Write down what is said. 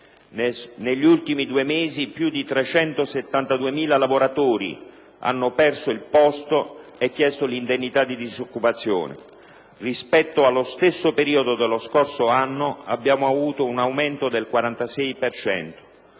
Negli ultimi due mesi, più di 372.000 lavoratori hanno perso il posto e chiesto l'indennità di disoccupazione. Rispetto allo stesso periodo dello scorso anno, abbiamo avuto un aumento del 46